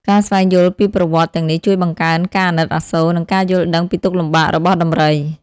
ការស្វែងយល់ពីប្រវត្តិទាំងនេះជួយបង្កើនការអាណិតអាសូរ និងការយល់ដឹងពីទុក្ខលំបាករបស់ដំរី។